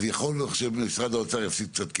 אז יכול להיות שמשרד האוצר יפסיד קצת כסף,